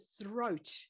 throat